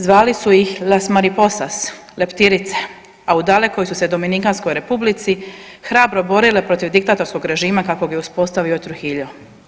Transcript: Zvali su ih „Las mariposas“ (Leptirice), a u dalekoj su se Dominikanskoj Republici hrabro borile protiv diktatorskog režima kakvog je uspostavio Trujillos.